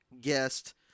guest